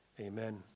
Amen